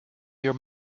your